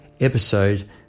episode